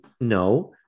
no